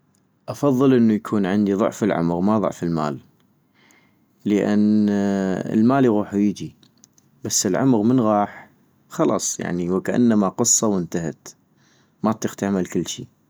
افضل انو يكون عندي ضعف العمغ ما ضعف المال - لان المال يغوح ويجي ، بس العمغ من غاح خلص يعني وكأنما قصة وانتهت ، ما اطيق تعمل كلشي